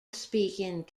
speaking